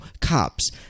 cops